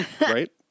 Right